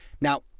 Now